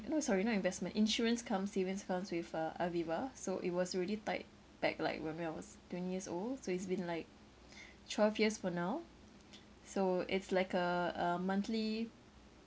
eh no sorry not investment insurance cum savings account with uh Aviva so it was already tied back like when when I was twenty years old so it's been like twelve years for now so it's like a a monthly